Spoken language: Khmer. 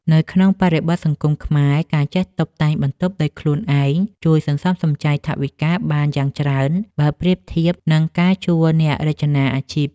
នៅក្នុងបរិបទសង្គមខ្មែរ ការចេះតុបតែងបន្ទប់ដោយខ្លួនឯងជួយសន្សំសំចៃថវិកាបានយ៉ាងច្រើន បើប្រៀបធៀបនឹងការជួលអ្នករចនាអាជីព។